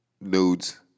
nudes